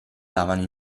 lavano